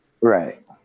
Right